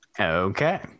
Okay